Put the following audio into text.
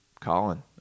Colin